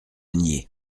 nier